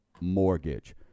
mortgage